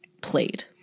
played